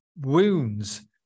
wounds